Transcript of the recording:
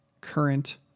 current